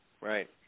Right